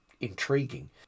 intriguing